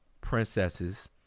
princesses